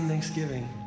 Thanksgiving